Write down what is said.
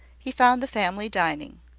he found the family dining.